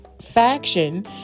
faction